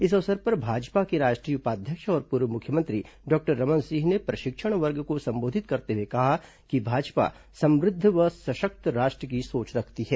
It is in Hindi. इस अवसर पर भाजपा के राष्ट्रीय उपाध्यक्ष और पूर्व मुख्यमंत्री डॉक्टर रमन सिंह ने प्रशिक्षण वर्ग को संबोधित करते हुए कहा कि भाजपा समुद्ध सशक्त राष्ट्र की सोच रखती है